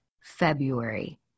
February